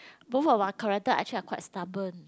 both of our character actually are quite stubborn